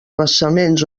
vessaments